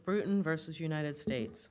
britain versus united states